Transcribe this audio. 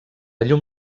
llum